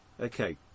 okay